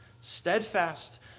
steadfast